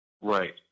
Right